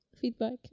feedback